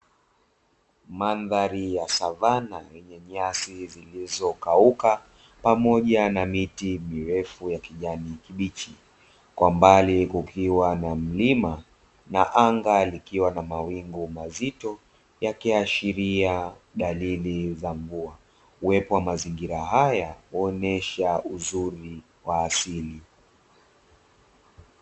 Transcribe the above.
Mandhari ya savana yenye nyasi zilizokauka pamoja na miti mirefu ya kijani kibichi, kwa mbali kukiwa na mlima na anga likiwa na mawingu mazito, yakiashiria dalili za mvua. Uwepo wa mazingira hayo huonesha uzuri kwa asili.